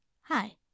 Hi